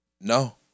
No